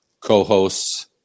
co-hosts